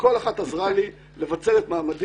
וכל אחת עזרה לי לבצר את מעמדי.